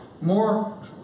more